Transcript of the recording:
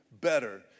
better